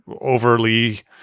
overly